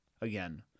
again